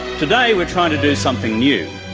today we're trying to do something new.